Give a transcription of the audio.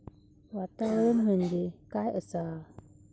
वातावरण म्हणजे काय असा?